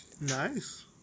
Nice